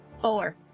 Four